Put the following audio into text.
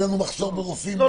לא,